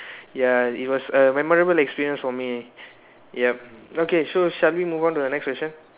ya it was a memorable experience for me yup okay so shall we move on to the next question